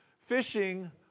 fishing